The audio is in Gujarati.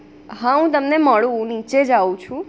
હા હું તમને મળું હું નીચે જ આવું છું